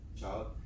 child